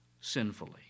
sinfully